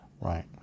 Right